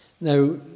Now